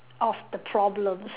of the problems